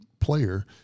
player